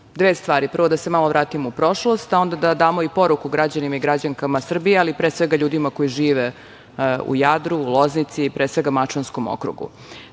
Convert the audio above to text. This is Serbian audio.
stvari. Prvo, da se malo vratimo u prošlost, a onda da damo i poruku građanima i građankama Srbije, ali pre svega ljudima koji žive u Jadru, Loznici, pre svega Mačvanskom Okrugu. Dakle,